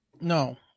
no